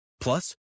Plus